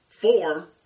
four